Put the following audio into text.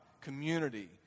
community